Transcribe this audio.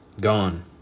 gone